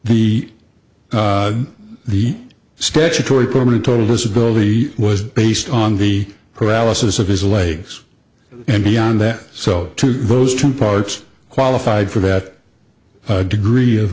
the the statutory permanent total disability was based on the paralysis of his legs and beyond that so those two parts qualified for that degree of